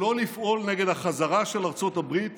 שלא לפעול נגד החזרה של ארצות הברית